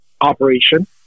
operation